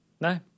No